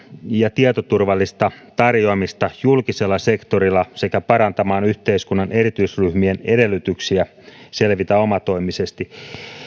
ja tietoturvallista tarjoamista julkisella sektorilla sekä parantamaan yhteiskunnan erityisryhmien edellytyksiä selvitä omatoimisesti